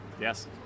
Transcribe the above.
Yes